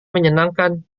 menyenangkan